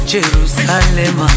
Jerusalem